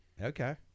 Okay